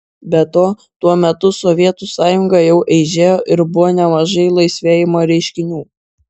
be to tuo metu sovietų sąjunga jau eižėjo ir buvo nemažai laisvėjimo reiškinių